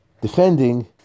defending